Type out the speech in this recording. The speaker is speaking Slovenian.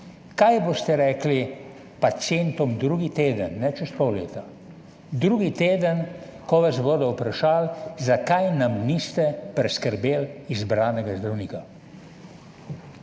Kaj boste rekli pacientom drugi teden, ne čez pol leta, drugi teden, ko vas bodo vprašali, zakaj nam niste priskrbeli izbranega zdravnika?